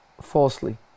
falsely